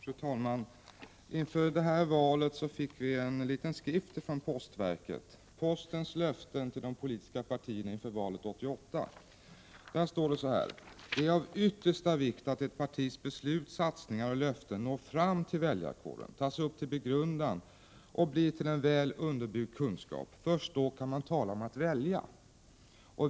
Fru talman! Inför det här valet fick vi en liten skrift från postverket, Postens löften till de politiska partierna inför valet 1988. Där står det så här: ”Det är av yttersta vikt att ett partis beslut, satsningar och löften når fram till väljarkåren, tas upp till begrundan och blir till en väl underbyggd kunskap. Först då kan man tala om att välja.